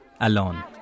alone